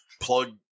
plug